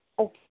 okay